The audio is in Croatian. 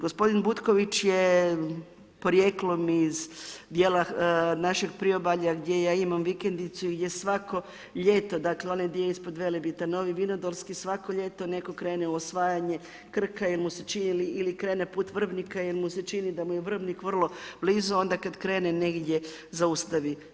Gospodin Butković je porijeklom iz dijela našeg priobalja, gdje ja imam vikendicu, gdje svako ljeto, dakle, onaj dio ispod Velebita, Novi Vinodolski, svako ljeto, netko krene u osvajanje Krka ili mu se čini, ili krene put Vrbnika, jer mu se čini, da mu je Vrbnik vrlo blizu, onda kada krene negdje zaustavi.